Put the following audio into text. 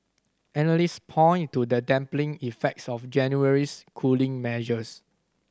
analyst point to the dampening effects of January's cooling measures